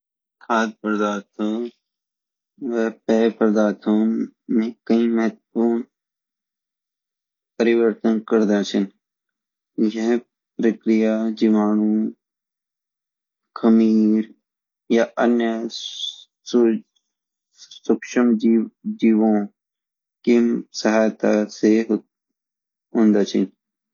खाद्य पदार्थ और पेय पदार्थ में कई महत्वपूर्ण परिवर्तन करदा चे यह प्रक्रिया जीवाणु खमीर या अन्य सूक्ष्म जीवों की सहायता से होंदा चे